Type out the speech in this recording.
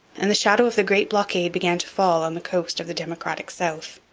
and the shadow of the great blockade began to fall on the coast of the democratic south.